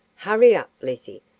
hurry up, lizzie.